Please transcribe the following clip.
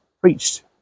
preached